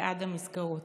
בעד המסגרות.